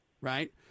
right